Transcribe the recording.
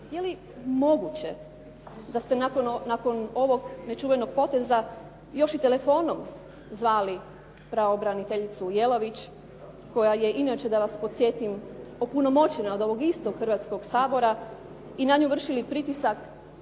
je li moguće da ste nakon ovog nečuvenog poteza još i telefonom zvali pravobraniteljicu Jelavić, koja je inače da vas podsjetim opunomoćena od ovog istog Hrvatskog sabora i na nju vršili pritisak